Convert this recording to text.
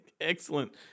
Excellent